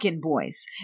boys